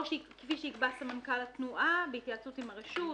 או כפי שיקבע סמנכ"ל התנועה בהתייעצות עם הרשות.